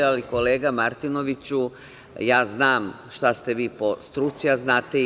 Kolega Martinoviću, ja znam šta ste vi po struci, a znate i vi.